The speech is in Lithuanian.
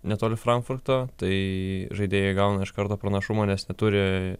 netoli frankfurto tai žaidėjai gauna iš karto pranašumą nes neturi